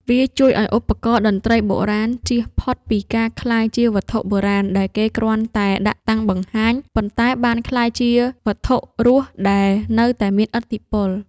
វាជួយឱ្យឧបករណ៍តន្ត្រីបុរាណជៀសផុតពីការក្លាយជា វត្ថុបុរាណ ដែលគេគ្រាន់តែដាក់តាំងបង្ហាញ ប៉ុន្តែបានក្លាយជា វត្ថុរស់ ដែលនៅតែមានឥទ្ធិពល។